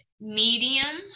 medium